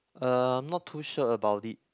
uh I'm not too sure about it